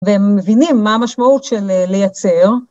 והם מבינים מה המשמעות של לייצר.